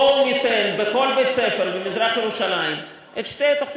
בואו ניתן בכל בית-ספר במזרח-ירושלים את שתי התוכניות,